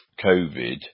Covid